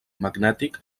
magnètic